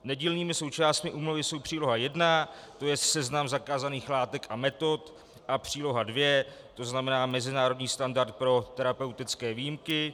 Nedílnými součástmi úmluvy jsou Příloha I, to je seznam zakázaných látek a metod, a Příloha II, to znamená mezinárodní standard pro terapeutické výjimky.